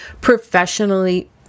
professionally